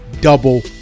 double